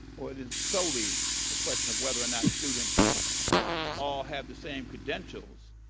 or it is solely a question of whether or not students all have the same credentials.